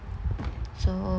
so